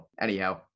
anyhow